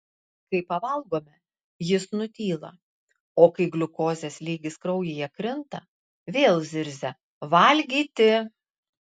kai pavalgome jis nutyla o kai gliukozės lygis kraujyje krinta vėl zirzia valgyti